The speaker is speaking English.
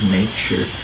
nature